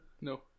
No